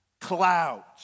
clouds